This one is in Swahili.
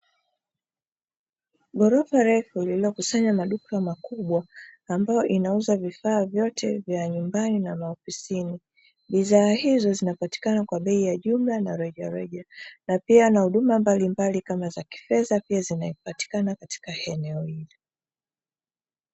Ghorofa refu lililokusanya maduka makubwa ambayo inauza vifaa vyote vya nyumbani na maofisini. Bidhaa hizo zinapatikana kwa bei ya jumla na rejareja na pia na huduma mbalimbali kama za kifedha pia zinapatikana katika eneo hilo.